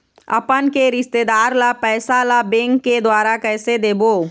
अपन के रिश्तेदार ला पैसा ला बैंक के द्वारा कैसे देबो?